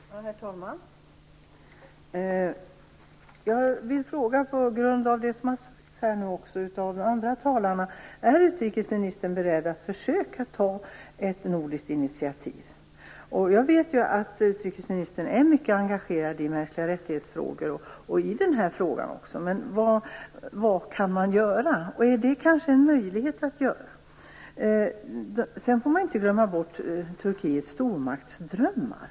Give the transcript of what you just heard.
Herr talman! Jag vill också på grund av det som har sagts av andra talare fråga: Är utrikesministern beredd att försöka ta ett nordiskt initiativ? Jag vet ju att utrikesministern är mycket engagerad i mänskliga rättighetsfrågor och också i denna fråga. Men vad kan man göra? Kan det här vara en möjlighet? Sedan får man inte glömma bort Turkiets stormaktsdrömmar.